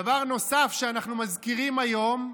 דבר נוסף שאנחנו מזכירים היום,